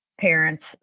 parents